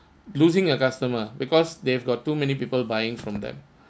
losing a customer because they've got too many people buying from them